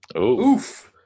Oof